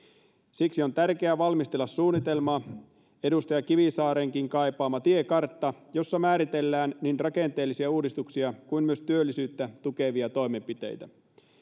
siksi on tärkeää valmistella suunnitelma edustaja kivisaarenkin kaipaama tiekartta jossa määritellään niin rakenteellisia uudistuksia kuin myös työllisyyttä tukevia toimenpiteitä